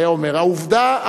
והיה אומר: העובדה,